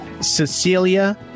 Cecilia